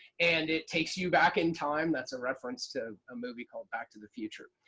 and it takes you back in time. that's a reference to a movie called back to the future.